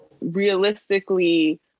realistically